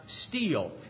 steal